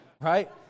Right